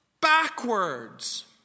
backwards